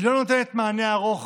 היא לא נותנת מענה ארוך